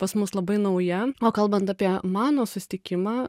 pas mus labai nauja o kalbant apie mano susitikimą